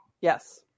Yes